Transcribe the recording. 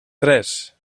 tres